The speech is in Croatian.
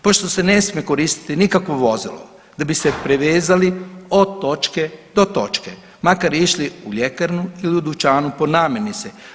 Pošto se ne smije koristiti nikakvo vozilo da bi se prevezali od točke do točke, makar išli u ljekarnu ili u dućanu po namirnice.